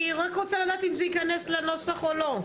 אני רק רוצה לדעת אם זה ייכנס לנוסח או לא.